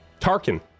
Tarkin